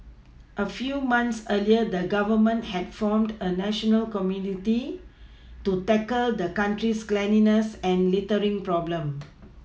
a few months earlier the Government had formed a national committee to tackle the country's cleanliness and littering problem